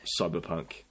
cyberpunk